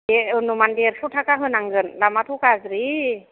दे उनुमान देरस' थाखा होनांगोन लामायाथ' गाज्रि